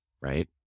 right